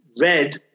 Red